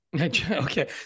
Okay